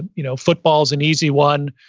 you know football's an easy one,